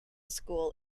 school